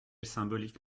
symbolique